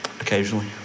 Occasionally